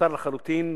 מיותר לחלוטין,